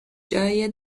جای